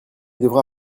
devra